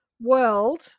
world